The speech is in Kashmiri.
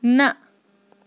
نَہ